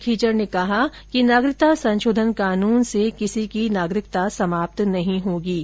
श्री खीचड़ ने कहा कि नागरिकता संशोधन कानून सीएए से किसी की नागरिकता समाप्त नहीं होगी